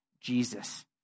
Jesus